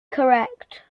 correct